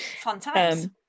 Fantastic